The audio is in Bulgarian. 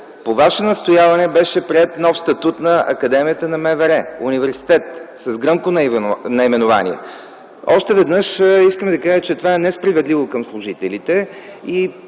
по Ваше настояване беше приет нов статут на Академията на МВР - университет, с гръмко наименование. Още веднъж искам да Ви кажа, че това е несправедливо към служителите.